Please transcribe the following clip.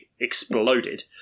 exploded